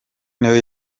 nayo